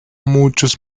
muchos